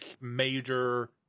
major